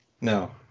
No